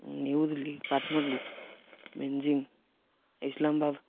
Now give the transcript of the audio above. New Delhi Kathmandu Beijing Islamabad